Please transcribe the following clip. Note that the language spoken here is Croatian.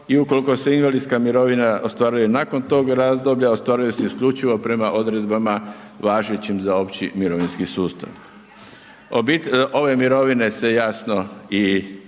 i ukolko se invalidska mirovina ostvaruje nakon tog razdoblja, ostvaruje se isključivo prema odredbama važećim za opći mirovinski sustav. Ove mirovine se jasno i